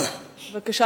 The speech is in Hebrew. בבקשה.